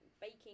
baking